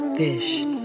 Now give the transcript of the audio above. Fish